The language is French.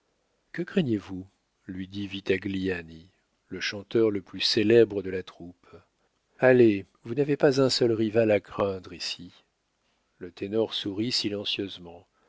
que craignez-vous lui dit vitagliani le chanteur le plus célèbre de la troupe allez vous n'avez pas un seul rival à craindre ici le ténor sourit silencieusement